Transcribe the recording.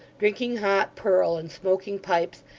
drinking hot purl, and smoking pipes,